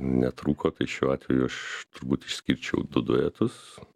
netrūko tai šiuo atveju aš turbūt išskirčiau du duetus